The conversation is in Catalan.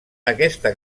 aquesta